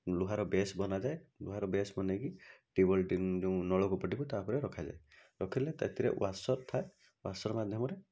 ଲୁହାର ବେଶ ବନା ଯାଏ ଲୁହାର ବେଶ ବନାଇକି ଟ୍ୟୁବୱେଲଟି ଯେଉଁ ନଳକୂପଟିକୁ ତା ଉପରେ ରଖାଯାଏ ରଖିଲେ ସେଥିରେ ୱାସର ଥାଏ ୱାସର ମାଧ୍ୟମରେ